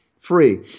free